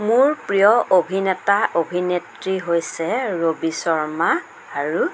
মোৰ প্ৰিয় অভিনেতা অভিনেত্ৰী হৈছে ৰবি শৰ্মা আৰু